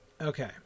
okay